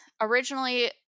originally